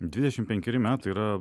dvidešimt penkeri metai yra